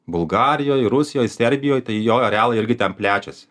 bulgarijoj rusijoj serbijoj tai jo arealai irgi ten plečiasi